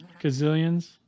gazillions